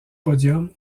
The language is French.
podium